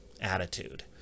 attitude